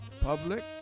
Public